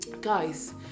Guys